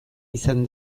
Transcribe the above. izan